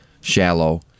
shallow